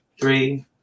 three